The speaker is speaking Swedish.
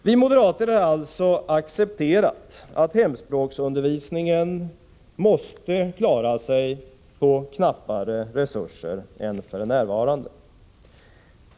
Vi moderater har alltså accepterat att hemspråksundervisningen måste klara sig med knappare resurser än f.n.